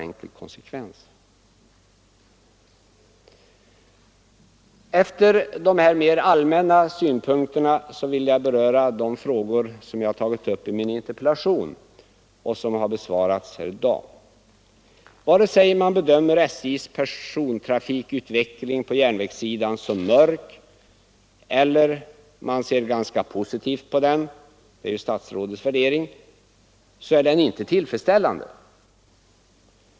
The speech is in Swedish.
Efter de här mera allmänna synpunkterna vill jag beröra de frågor som jag har tagit upp i min interpellation och som har besvarats i dag. Vare sig man bedömer SJ:s persontrafikutveckling på järnvägssidan som mörk eller man som statsrådet ser ganska positivt på den är den inte tillfredsställande.